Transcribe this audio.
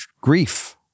grief